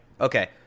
Okay